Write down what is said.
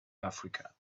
africa